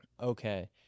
okay